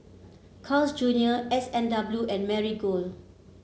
Carl's Junior S and W and Marigold